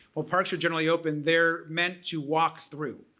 well parks are generally open, they're meant you walk through.